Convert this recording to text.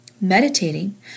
meditating